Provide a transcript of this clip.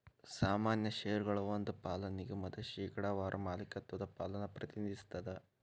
ಸಾಮಾನ್ಯ ಷೇರಗಳ ಒಂದ್ ಪಾಲ ನಿಗಮದ ಶೇಕಡಾವಾರ ಮಾಲೇಕತ್ವದ ಪಾಲನ್ನ ಪ್ರತಿನಿಧಿಸ್ತದ